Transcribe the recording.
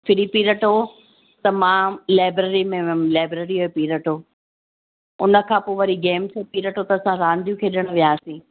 free period हो त मां लाइब्रेरी में वियमि लाइब्रेरी जो पीरियड हो उन खां पोइ वरी गेम्स पीरियड हो त असां रांदियूं खेॾण वियासीं